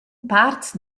parts